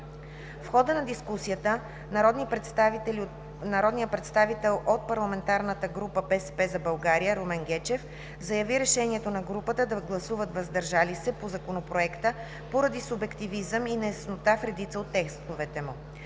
В хода на дискусията народният представител от парламентарната група „БСП за България“ Румен Гечев, заяви решението на групата да гласуват „въздържали се“ по Законопроекта, поради субективизъм и неяснота в редица от текстове му.